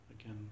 again